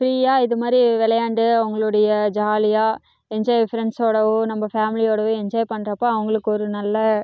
ஃப்ரீயாக இது மாதிரி விளையாண்டு அவர்களுடைய ஜாலியாக என்ஜாய் ஃப்ரெண்ட்ஸ்ஸோடவும் நம்ப ஃபேம்லியோடவும் என்ஜாய் பண்ணுறப்போ அவர்களுக்கு ஒரு நல்ல